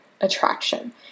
attraction